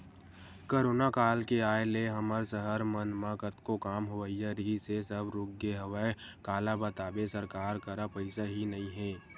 corona काल के आय ले हमर सहर मन म कतको काम होवइया रिहिस हे सब रुकगे हवय काला बताबे सरकार करा पइसा ही नइ ह